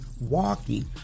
walking